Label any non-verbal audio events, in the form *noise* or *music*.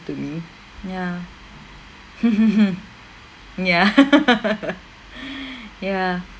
to me ya *laughs* mm ya *laughs* *breath* yeah